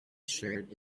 shirt